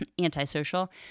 antisocial